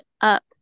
up